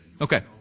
Okay